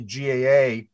GAA